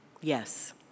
Yes